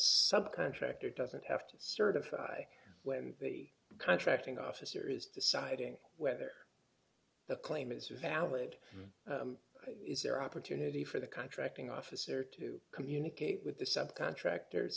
sub contractor doesn't have to certify when contracting officer is deciding whether the claim is valid is there opportunity for the contracting officer to communicate with the subcontractors